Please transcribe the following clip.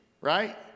right